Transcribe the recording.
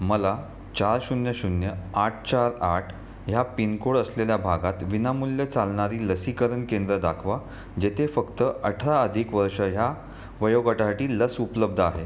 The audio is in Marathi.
मला चार शून्य शून्य आठ चार आठ ह्या पिनकोड असलेल्या भागात विनामूल्य चालणारी लसीकरण केंद्रे दाखवा जेथे फक्त अठरा अधिक वर्ष ह्या वयोगटासाठी लस उपलब्ध आहे